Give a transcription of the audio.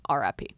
RIP